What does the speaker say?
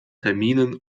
terminen